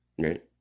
Right